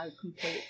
complete